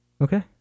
Okay